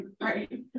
right